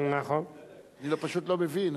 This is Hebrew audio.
אני פשוט לא מבין.